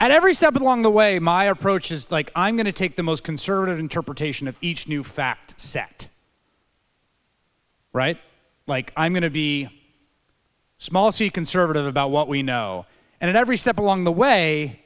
at every step along the way my approach is like i'm going to take the most conservative interpretation of each new fact set right like i'm going to be small so you conservative about what we know and at every step along the way